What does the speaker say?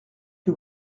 que